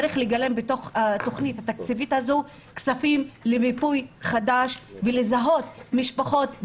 צריך לגלם בתוך התכנית התקציבית הזו כספים למיפוי חדש ולזהות משפחות,